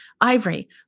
Ivory